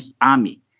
army